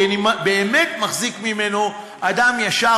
כי אני באמת מחזיק ממנו אדם ישר,